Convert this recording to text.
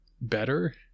better